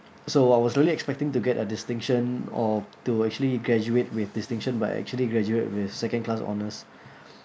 so I was really expecting to get a distinction or to actually graduate with distinction but actually graduate with second class honours